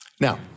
now